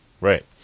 right